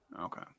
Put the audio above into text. Okay